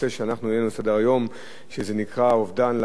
העלינו על סדר-היום שנקרא: אובדן להלכה.